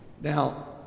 now